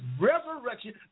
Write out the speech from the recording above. resurrection